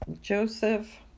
joseph